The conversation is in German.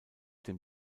dem